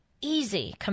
easy